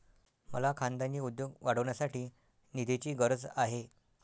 मला खानदानी उद्योग वाढवण्यासाठी निधीची गरज आहे